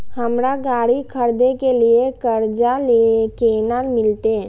हमरा गाड़ी खरदे के लिए कर्जा केना मिलते?